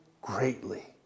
greatly